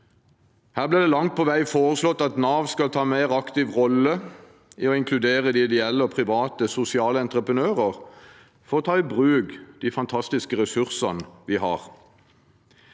Her blir det langt på vei foreslått at Nav skal ta en mer aktiv rolle i å inkludere dem det gjelder, private og sosiale entreprenører, for å ta i bruk de fantastiske ressursene vi har.